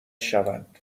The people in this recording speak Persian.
شوند